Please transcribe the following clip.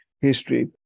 history